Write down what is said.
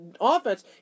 offense